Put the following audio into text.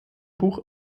buch